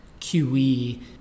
QE